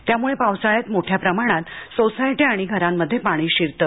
यामुळे पावसाळ्यात मोठ्या प्रमाणात सोसायट्या आणि घरांमध्ये पाणी शिरतं